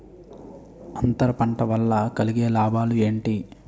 అంతర పంట వల్ల కలిగే లాభాలు ఏంటి